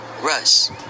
Russ